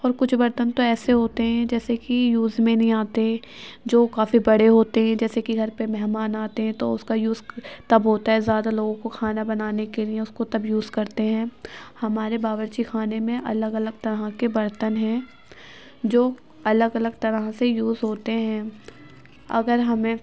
اور کچھ برتن تو ایسے ہوتے ہیں جیسے کہ یوز میں نہیں آتے جو کافی بڑے ہوتے ہیں جیسے کہ گھر پہ مہمان آتے ہیں تو اس کا یوز تب ہوتا ہے زیادہ لوگوں کو کھانا بنانے کے لیے اس کو تب یوز کرتے ہیں ہمارے باورچی خانے میں الگ الگ طرح کے برتن ہیں جو الگ الگ طرح سے یوز ہوتے ہیں اگر ہمیں